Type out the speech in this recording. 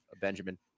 Benjamin